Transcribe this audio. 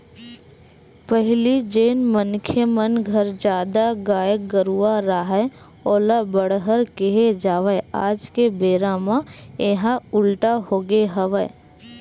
पहिली जेन मनखे मन घर जादा गाय गरूवा राहय ओला बड़हर केहे जावय आज के बेरा म येहा उल्टा होगे हवय